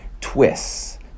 twists